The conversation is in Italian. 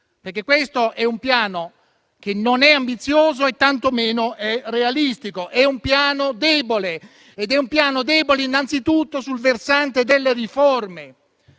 perché questo è un Piano che non è ambizioso e tantomeno è realistico, è un piano debole, e lo è innanzitutto sul versante delle riforme,